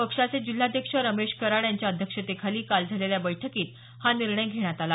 पक्षाचे जिल्हाध्यक्ष रमेश कराड यांच्या अध्यक्षतेखाली काल झालेल्या बैठकीत हा निर्णय घेण्यात आला